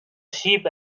ship